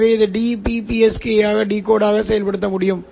எனவே இதை DBPSK ஐ டிகோட் செய்ய பயன்படுத்தலாம்